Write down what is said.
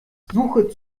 suche